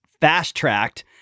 fast-tracked